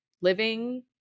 living